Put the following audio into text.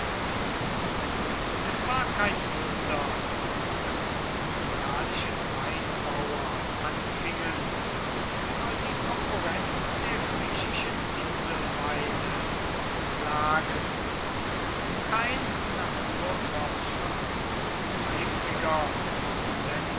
es war kein wunder daß die italischen weinbauer anfingen über die konkurrenz der griechischen inselweine zu klagen kein naturforscher kann eifriger die